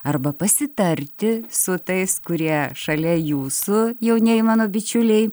arba pasitarti su tais kurie šalia jūsų jaunieji mano bičiuliai